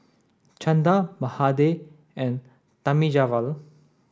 Chanda Mahade and Thamizhavel